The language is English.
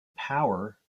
power